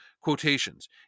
quotations